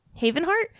Havenheart